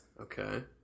Okay